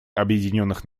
объединенных